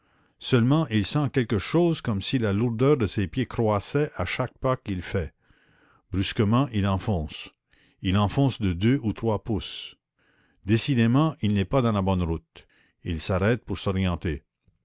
seulement il sent quelque chose comme si la lourdeur de ses pieds croissait à chaque pas qu'il fait brusquement il enfonce il enfonce de deux ou trois pouces décidément il n'est pas dans la bonne route il s'arrête pour s'orienter